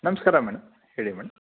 ನಮಸ್ಕಾರ ಮೇಡಮ್ ಹೇಳಿ ಮೇಡಮ್